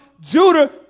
Judah